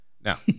Now